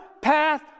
path